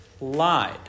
lied